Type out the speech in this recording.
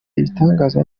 ibitangaza